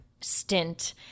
stint